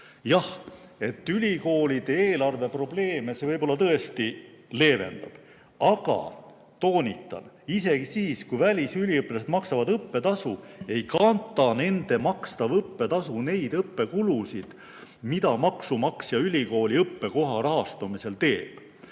Jah, ülikoolide eelarveprobleeme see võib-olla tõesti leevendab, aga toonitan, isegi siis, kui välisüliõpilased maksavad õppetasu, ei kata nende makstav õppetasu neid õppekulusid, mida maksumaksja ülikooli õppekoha rahastamisel teeb.